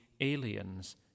aliens